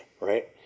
right